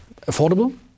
affordable